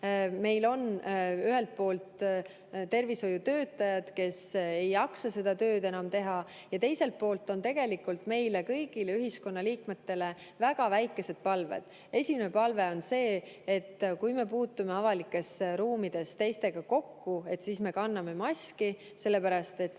Meil on ühelt poolt tervishoiutöötajad, kes ei jaksa seda tööd enam teha, ja teiselt poolt on tegelikult kõigile ühiskonna liikmetele väga väikesed palved. Esimene palve on see, et kui me puutume avalikes ruumides teistega kokku, siis me kanname maski, sellepärast et